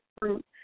fruit